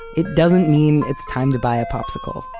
it doesn't mean it's time to buy a popsicle.